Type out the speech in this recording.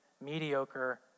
mediocre